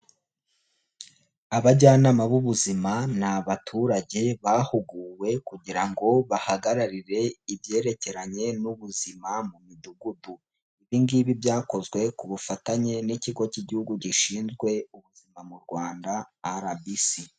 Abajyanama b'ubuzima ni abaturage bahuguwe kugira ngo bahagararire ibyerekeranye n'ubuzima mu midugudu. Ibi ngibi byakozwe ku bufatanye n'Ikigo cy'Igihugu gishinzwe Ubuzima mu Rwanda RBC.